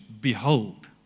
Behold